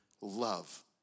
love